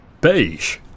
Beige